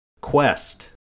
Quest